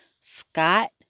Scott